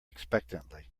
expectantly